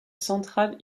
centrale